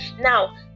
Now